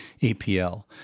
APL